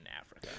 Africa